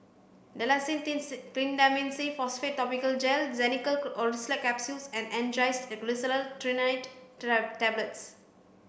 Dalacin T C Clindamycin Phosphate Topical Gel Xenical Orlistat Capsules and Angised Glyceryl Trinitrate Tablets